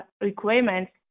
requirements